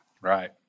Right